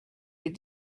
des